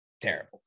terrible